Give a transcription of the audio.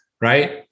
right